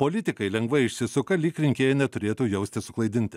politikai lengvai išsisuka lyg rinkėjai neturėtų jaustis suklaidinti